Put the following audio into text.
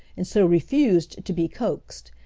and so refused to be coaxed.